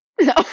No